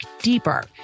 deeper